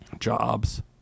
jobs